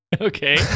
okay